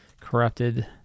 corrupted